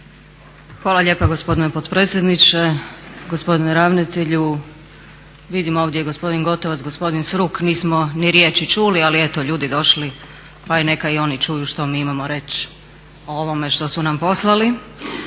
Hvala lijepa gospodine potpredsjedniče, gospodine ravnatelju. Vidim ovdje je i gospodin Gotovac, gospodin Sruk, nismo ni riječi čuli. Ali eto, ljudi došli, pa neka i oni čuju što mi imamo reći o ovome što su nam poslali.